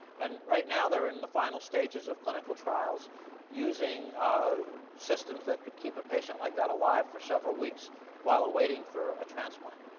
and right now they're in the final stages of clinical trials using um systems that could keep a patient like that alive for several weeks while awaiting for a transplant.